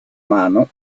mano